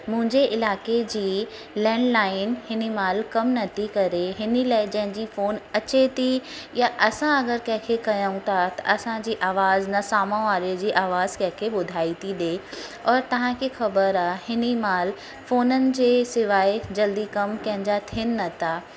मुंहिंजे इलाइक़े जी लैंडलाइन हिन महिल कमु नथी करे हिन लाइ जंहिंजी फ़ोन अचे थी या असां अगरि कंहिंखे कयूं था असांजी आवाज़ु न साम्हूं वारे जी आवाज़ु कंहिं खे ॿुधाए थी डे और तव्हांखे ख़बर आहे हिन महिल फ़ोननि जे सवाइ जल्दी कमु कंहिं जा थिअनि नथा